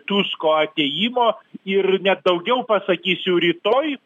tusko atėjimo ir net daugiau pasakysiu rytoj